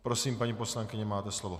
Prosím, paní poslankyně, máte slovo.